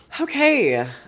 Okay